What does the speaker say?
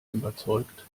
überzeugt